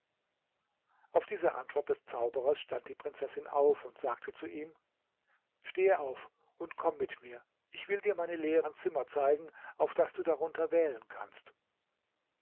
auf diese antwort des zauberers stand die prinzessin auf und sagte zu ihm stehe auf und komm mit mir ich will dir meine leeren zimmer zeigen auf daß du darunter wählen kannst